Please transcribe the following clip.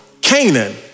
Canaan